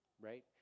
right